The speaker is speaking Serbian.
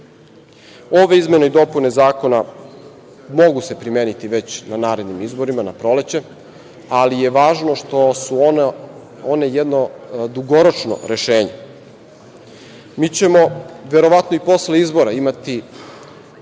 izmene i dopune zakona mogu se primeni već na narednim izborima na proleće, ali je važno što su one jedno dugoročno rešenje. Mi ćemo, verovatno, i posle izbora imati